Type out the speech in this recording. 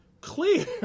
clear